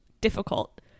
difficult